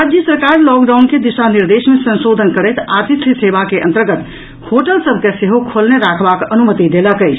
राज्य सरकार लॉकडाउन के दिशा निर्देश मे संशोधन करैत आतिथ्य सेवा के अंतर्गत होटल सभ के सेहो खोलने राखबाक अनुमति देलक अछि